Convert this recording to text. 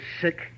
sick